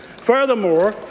furthermore,